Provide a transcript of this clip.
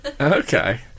Okay